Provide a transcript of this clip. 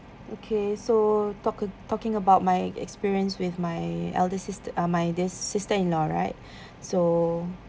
okay so talk talking about my experience with my elder sister uh my sister-in-law right so